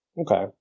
Okay